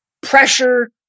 pressure